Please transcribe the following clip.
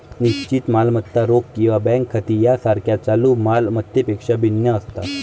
निश्चित मालमत्ता रोख किंवा बँक खाती यासारख्या चालू माल मत्तांपेक्षा भिन्न असतात